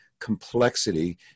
complexity